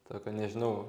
tokio nežinau